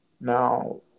Now